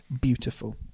beautiful